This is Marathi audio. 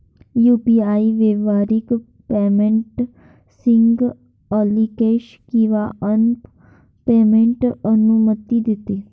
यू.पी.आई व्यापारी पेमेंटला सिंगल ॲप्लिकेशन किंवा ॲप पेमेंटची अनुमती देते